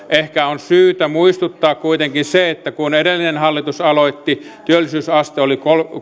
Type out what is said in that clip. ehkä on syytä muistuttaa kuitenkin että kun edellinen hallitus aloitti työllisyysaste oli